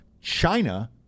China